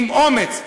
עם אומץ,